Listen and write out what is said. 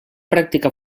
practicar